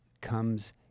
comes